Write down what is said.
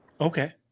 Okay